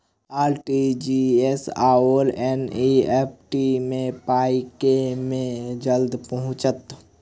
RTGS आओर NEFT मे पाई केँ मे जल्दी पहुँचत?